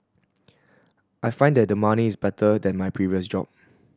I find that the money is better than my previous job